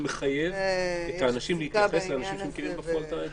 זה מחייב את האנשים להתייחס לאנשים שמכירים בפועל את